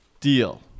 deal